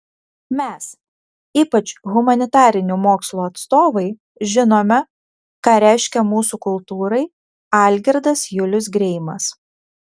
mes ypač humanitarinių mokslų atstovai žinome ką reiškia mūsų kultūrai algirdas julius greimas